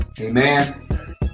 Amen